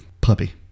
puppy